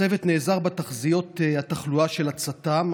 הצוות נעזר בתחזיות התחלואה של הצט"מ,